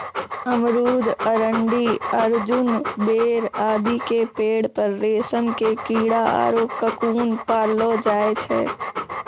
अमरूद, अरंडी, अर्जुन, बेर आदि के पेड़ पर रेशम के कीड़ा आरो ककून पाललो जाय छै